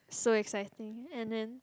so exciting and then